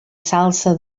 salsa